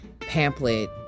Pamphlet